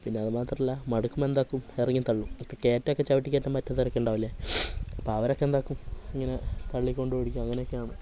പിന്നെ അതു മാത്രമല്ല മടുക്കുമ്പോൾ എന്താക്കും ഇറങ്ങിത്തള്ളും ഇപ്പോൾ കയറ്റമൊക്കെ ചവിട്ടിക്കയറ്റാൻ പറ്റാത്തവരൊക്കെ ഉണ്ടാവില്ലേ അപ്പോൾ അവരൊക്കെ എന്താക്കും ഇങ്ങനെ തള്ളിക്കോണ്ട് ഓടിക്കും അങ്ങനെയൊക്കെയാണ്